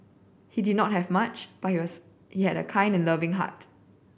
he did not have much but he had a kind and loving heart